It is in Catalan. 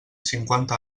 cinquanta